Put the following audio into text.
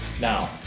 now